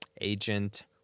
agent